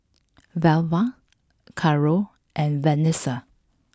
Velva Carole and Vanessa